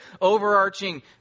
overarching